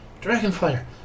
dragonfire